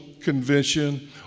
convention